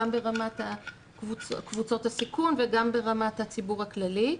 גם ברמת קבוצות הסיכון וגם ברמת הציבור הכללי.